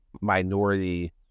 minority